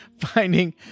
finding